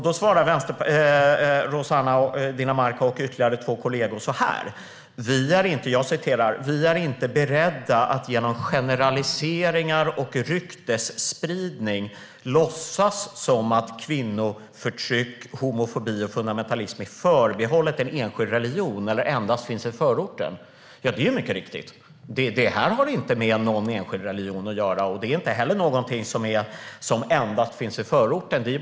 Då svarade Rossana Dinamarca och ytterligare två kollegor att de inte är beredda att genom generaliseringar och ryktesspridning låtsas som att kvinnoförtryck, homofobi och fundamentalism är förbehållet en enskild religion eller endast finns i förorten. Ja, det är mycket riktigt. Det här har inte med någon enskild religion att göra, och det är inte heller något som endast finns i förorten.